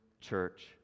church